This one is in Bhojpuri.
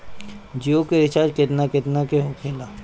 जियो के रिचार्ज केतना केतना के होखे ला?